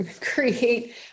create